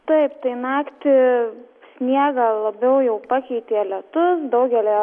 taip tai naktį sniegą labiau jau pakeitė lietus daugelyje